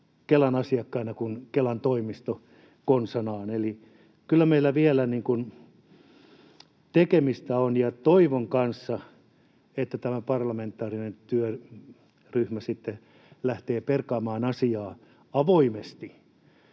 Kelan asiakkaina kuin Kelan toimisto konsanaan. Eli kyllä meillä vielä tekemistä on, ja toivon kanssa, että tämä parlamentaarinen työryhmä sitten lähtee perkaamaan asiaa avoimesti